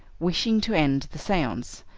wishing to end the seance,